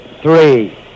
three